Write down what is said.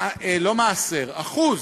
לא מעשר, אחוז,